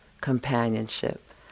companionship